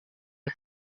how